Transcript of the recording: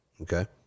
okay